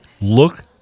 Look